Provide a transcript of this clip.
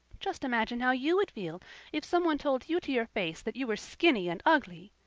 just imagine how you would feel if somebody told you to your face that you were skinny and ugly,